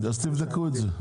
תבדקו את זה.